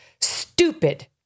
stupid—